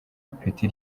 ipeti